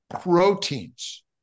proteins